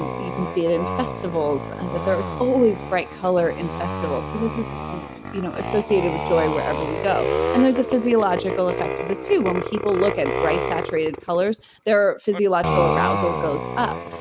and you can see it in festivals, that there was always bright color and festivals. so this is you know associated with joy wherever we go. and there's a physiological effect to this to when people look at bright saturated colors, their physiological arousal goes up.